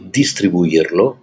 distribuirlo